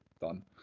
Done